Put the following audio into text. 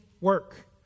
work